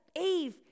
Eve